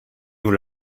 nous